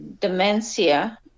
dementia